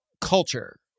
culture